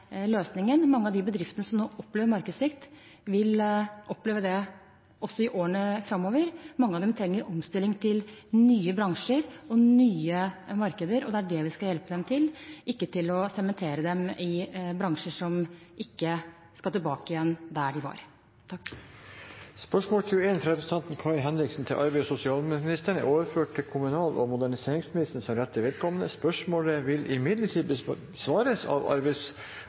Mange av de bedriftene som nå opplever markedssvikt, vil oppleve det også i årene framover. Mange av dem trenger omstilling til nye bransjer og nye markeder, og det er det vi skal hjelpe dem til – ikke til å sementere dem i bransjer som ikke skal tilbake til der de var. Dette spørsmålet, fra representanten Kari Henriksen til arbeids- og sosialministeren, er overført til kommunal- og moderniseringsministeren som rette vedkommende. Spørsmålet vil imidlertid bli besvart av arbeids-